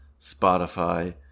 Spotify